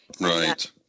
Right